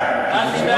תדאג.